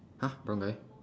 !huh! brown guy